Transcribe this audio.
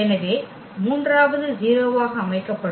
எனவே மூன்றாவது 0 ஆக அமைக்கப்படும்